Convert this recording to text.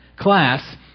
class